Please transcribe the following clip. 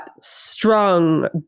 strong